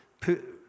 put